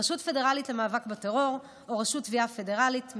רשות פדרלית למאבק בטרור או רשות תביעה פדרלית,